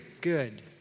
good